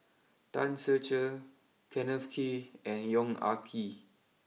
Tan Ser Cher Kenneth Kee and Yong Ah Kee